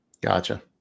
Gotcha